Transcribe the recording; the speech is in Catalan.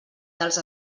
dels